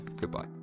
goodbye